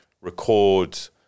record